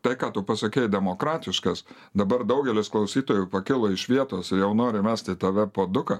tai ką tu pasakei demokratiškas dabar daugelis klausytojų pakilo iš vietos ir jau nori mest į tave puoduką